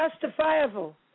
Justifiable